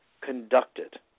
conducted